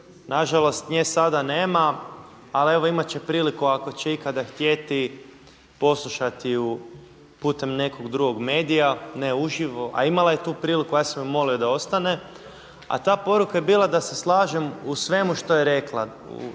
Na žalost nje sada nema, ali evo imat će priliku ako će ikada htjeti poslušati ju putem nekog drugog medija ne uživo, a imala je tu priliku. Ja sam je molio da ostane, a ta poruka je bila da se slažem u svemu što je rekla,